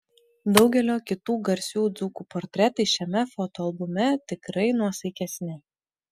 daugelio kitų garsių dzūkų portretai šiame fotoalbume tikrai nuosaikesni